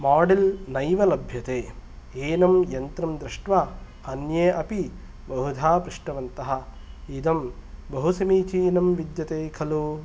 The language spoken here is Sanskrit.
मोडल् नैव लभ्यते येनं यन्त्रं दृष्ट्वा अन्ये अपि बहुदा पृष्टवन्तः इदं बहु समीचीनं विद्यते खलु